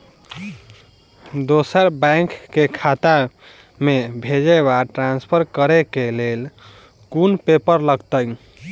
दोसर बैंक केँ खाता मे भेजय वा ट्रान्सफर करै केँ लेल केँ कुन पेपर लागतै?